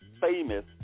famous